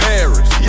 Paris